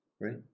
right